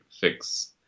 fix